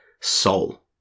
soul